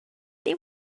they